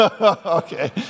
Okay